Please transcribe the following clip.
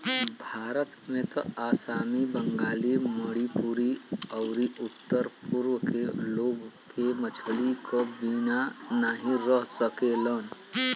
भारत में त आसामी, बंगाली, मणिपुरी अउरी उत्तर पूरब के लोग के मछरी क बिना नाही रह सकेलन